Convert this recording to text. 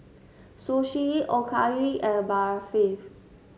Sushi Okayu and Barfi